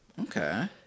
Okay